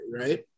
right